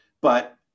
But-